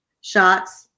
shots